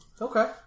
Okay